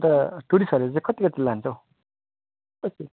अन्त टुरिस्टहरूले चाहिँ कति कति लान्छ हौ कसरी